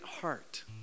heart